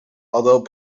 although